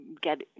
get